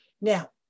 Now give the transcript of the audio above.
Now